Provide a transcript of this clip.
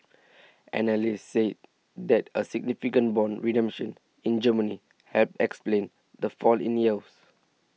analysts said that a significant bond redemption in Germany helped explain the fall in yields